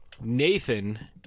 Nathan